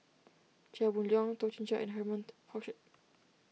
Chia Boon Leong Toh Chin Chye and Herman